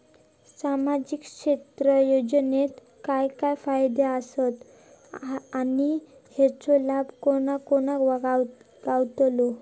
सामजिक क्षेत्र योजनेत काय काय फायदे आसत आणि हेचो लाभ कोणा कोणाक गावतलो?